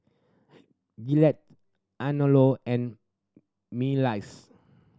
Gillette Anello and Miles